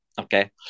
okay